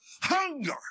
hunger